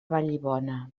vallibona